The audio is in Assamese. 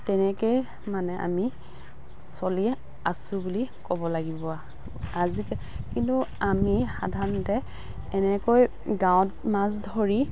তেনেকেই মানে আমি চলি আছো বুলি ক'ব লাগিব আৰু আজিকালি কিন্তু আমি সাধাৰণতে এনেকৈ গাঁৱত মাছ ধৰি